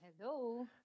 Hello